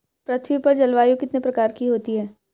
पृथ्वी पर जलवायु कितने प्रकार की होती है?